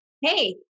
Hey